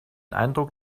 eindruck